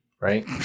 right